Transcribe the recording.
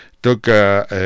toca